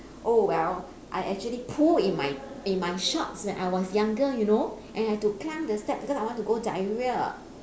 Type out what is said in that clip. oh well I actually poo in my in my shorts when I was younger you know and I had to climb the steps because I want to go diarrhea